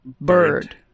bird